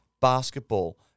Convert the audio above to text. basketball